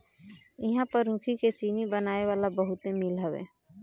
इहां पर ऊखी के चीनी बनावे वाला बहुते मील हवे